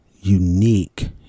unique